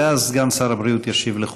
ואז סגן שר הבריאות ישיב לכולם.